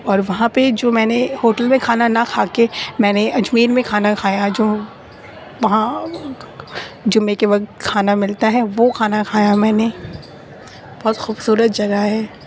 اور وہاں پہ جو میں نے ہوٹل میں کھانا نہ کھا کے میں نے اجمیر میں کھانا کھایا جو وہاں جمعہ کے وقت کھانا ملتا ہے وہ کھانا کھایا میں نے بہت خوبصورت جگہ ہے